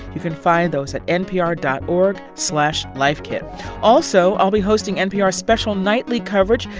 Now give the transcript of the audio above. you can find those at npr dot org slash lifekit. also i'll be hosting npr's special nightly coverage.